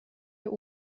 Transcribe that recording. der